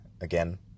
again